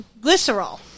glycerol